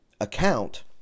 account